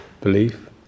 belief